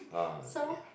ah